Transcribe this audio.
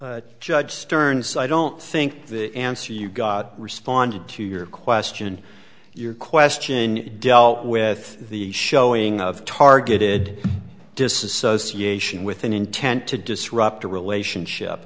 judge stearns i don't think the answer you got responded to your question your question dealt with the showing of targeted dissociation with an intent to disrupt a relationship